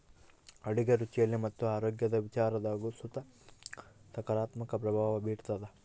ಅಡುಗೆ ರುಚಿಯಲ್ಲಿ ಮತ್ತು ಆರೋಗ್ಯದ ವಿಚಾರದಾಗು ಸುತ ಸಕಾರಾತ್ಮಕ ಪ್ರಭಾವ ಬೀರ್ತಾದ